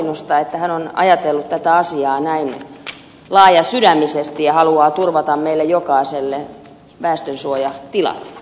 oinosta että hän on ajatellut tätä asiaa näin laajasydämisesti ja haluaa turvata meille jokaiselle väestönsuojatilat